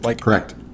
Correct